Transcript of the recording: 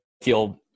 feel